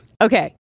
Okay